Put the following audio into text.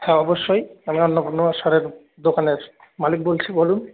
হ্যাঁ অবশ্যই আমি অন্নপূর্ণা সারের দোকানের মালিক বলছি বলুন